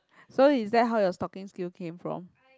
so is that how your stalking skill came from